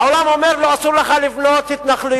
העולם אומר לו: אסור לך לבנות התנחלויות,